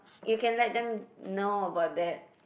you can let them know about that